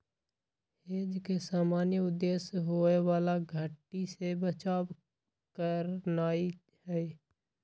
hedge के सामान्य उद्देश्य होयबला घट्टी से बचाव करनाइ हइ